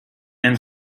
and